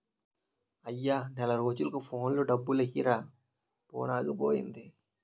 అయ్యా నెల రోజులకు ఫోన్లో డబ్బులెయ్యిరా ఫోనాగిపోయింది